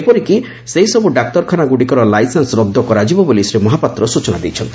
ଏପରିକି ସେହିସବୁ ଡାକ୍ତରଖାନାଗୁଡ଼ିକର ଲାଇସେନ୍ସ ରଦ୍ଦ କରାଯିବ ବୋଲି ଶ୍ରୀ ମହାପାତ୍ର ସ୍ଚନା ଦେଇଛନ୍ତି